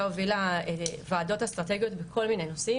הובילה ועדות אסטרטגיות בכל מיני נושאים.